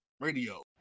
radio